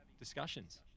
discussions